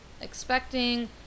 expecting